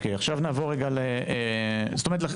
זאת אומרת,